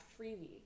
freebie